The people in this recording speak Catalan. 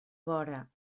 vora